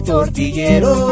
Tortillero